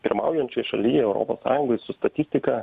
pirmaujančioj šaly europos sąjungoj su statistika